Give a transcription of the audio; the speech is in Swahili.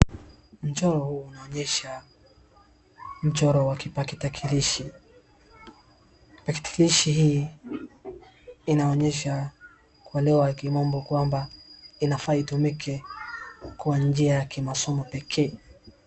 Mchoro huu unaonyesha mchoro wa kitarakilishi. Kitarakilishi hii inaonyesha kwa wale wa kimobo kwamba, inafaa itumike kwa njia ya kimasomo pekee.